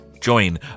join